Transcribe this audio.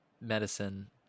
medicine